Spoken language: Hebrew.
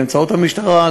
באמצעות המשטרה,